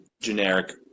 generic